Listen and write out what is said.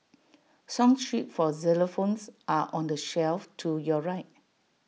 song sheet for xylophones are on the shelf to your right